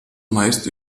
meist